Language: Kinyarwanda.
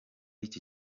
iki